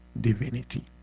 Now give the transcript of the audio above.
divinity